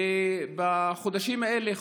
בחודשים האלה,